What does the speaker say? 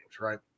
Right